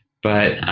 but